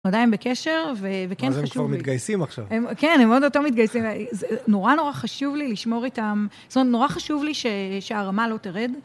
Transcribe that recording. עדיין בקשר, וכן חשוב לי. אבל הם כבר מתגייסים עכשיו. כן, הם אוטוטו מתגייסים. נורא נורא חשוב לי לשמור איתם, זאת אומרת נורא חשוב לי שהרמה לא תרד.